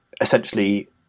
essentially